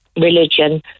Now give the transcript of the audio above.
religion